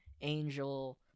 Angel